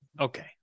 Okay